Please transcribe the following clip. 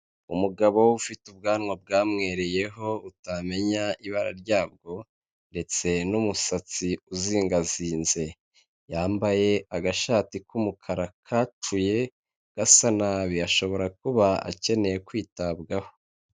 Umugabo ufite ubwanwa bwamwewereyeho utamenya ibara ryabwo ndetse n'umusatsi uzingazinze, yambaye agashati k'umukara kacuye gasa nabi ashobora kuba akeneye kwitabwaho.